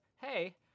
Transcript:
Hey